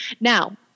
Now